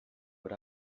what